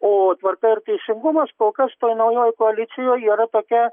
o tvarka ir teisingumas kol kas toj naujoj koalicijoj yra tokia